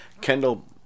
Kendall